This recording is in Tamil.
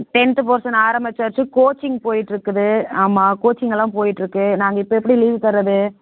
டென்த்து போர்ஷன் ஆரமிச்சாச்சு கோச்சிங் போயிட்டுருக்குது ஆமாம் கோச்சிங் எல்லாம் போயிட்டுருக்கு நாங்கள் இப்போ எப்படி லீவ் தரது